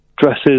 dresses